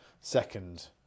Second